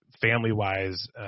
family-wise